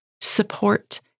support